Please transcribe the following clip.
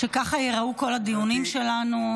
שכך ייראו כל הדיונים שלנו.